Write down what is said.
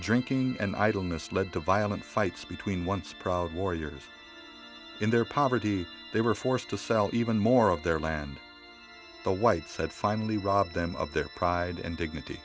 drinking and idleness led to violent fights between once proud warriors in their poverty they were forced to sell even more of their land the white said finally robbed them of their pride and dignity